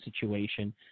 situation